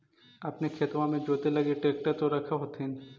अपने खेतबा मे जोते लगी ट्रेक्टर तो रख होथिन?